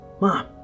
Mom